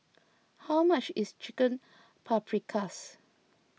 how much is Chicken Paprikas